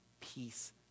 peace